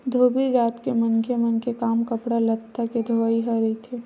धोबी जात के मनखे मन के काम कपड़ा लत्ता के धोवई ह रहिथे